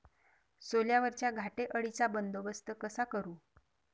सोल्यावरच्या घाटे अळीचा बंदोबस्त कसा करू?